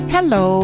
Hello